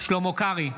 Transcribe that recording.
שלמה קרעי,